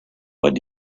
what